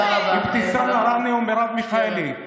אבתיסאם מראענה ומרב מיכאלי,